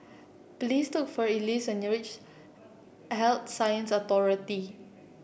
please took for Ellis when you reach Health Sciences Authority